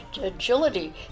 Agility